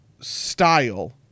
style